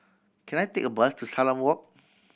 can I take a bus to Salam Walk